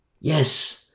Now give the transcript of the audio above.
Yes